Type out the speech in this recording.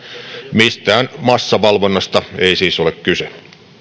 mistään massavalvonnasta ei siis ole kyse